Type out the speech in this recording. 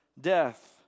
death